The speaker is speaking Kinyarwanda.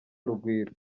urugwiro